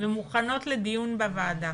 ומוכנות לדיון בוועדה.